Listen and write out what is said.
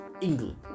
England